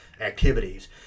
activities